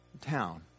town